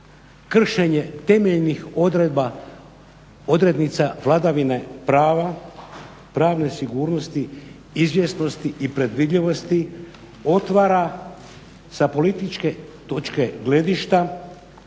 kršenje temeljnih odredba, odrednica vladavine prava, pravne sigurnosti, izvjesnosti i predvidljivosti, otvara sa političke točke gledišta,